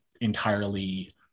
entirely